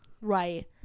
Right